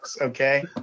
Okay